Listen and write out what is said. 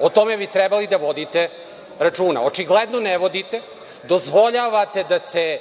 o tome bi trebali da vodite računa. Očigledno ne vodite, dozvoljavate da se